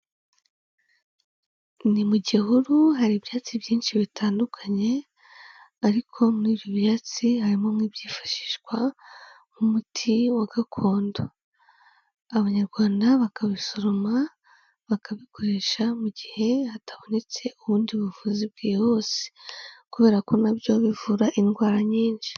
Ni mu gihuru hari ibyatsi byinshi bitandukanye, ariko muri ibyo byatsi harimo nk'ibyifashishwa nk'umuti wa gakondo. Abanyarwanda bakabisoroma bakabikoresha mu gihe hatabonetse ubundi buvuzi bwihuse. Kubera ko nabyo bivura indwara nyinshi.